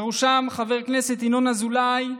ובראשם חבר הכנסת ינון אזולאי,